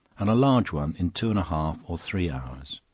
and a large one in two and a half or three hours